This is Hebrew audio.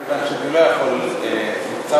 אדוני היושב-ראש, כן.